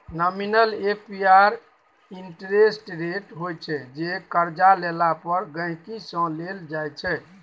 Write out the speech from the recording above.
nominal APR interest rate होइ छै जे करजा लेला पर गांहिकी सँ लेल जाइ छै